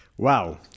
Wow